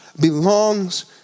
belongs